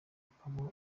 ukaba